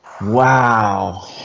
Wow